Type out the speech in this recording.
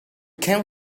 can